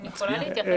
אני יכולה להתייחס,